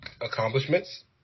Accomplishments